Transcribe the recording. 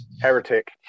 Heretic